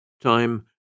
Time